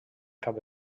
cap